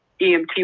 EMT